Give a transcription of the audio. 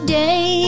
day